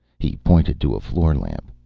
he pointed to a floor-lamp.